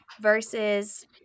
versus